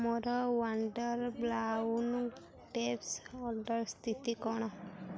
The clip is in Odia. ମୋର ୱାଣ୍ଡର୍ ବ୍ରାଉନ୍ ଟେପ୍ସ ଅର୍ଡ଼ର୍ ସ୍ଥିତି କ'ଣ